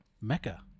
Mecca